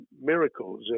miracles